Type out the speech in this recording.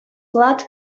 flat